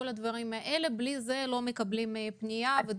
בלי זה לא מקבלים את הפנייה.